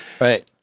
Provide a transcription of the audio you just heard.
right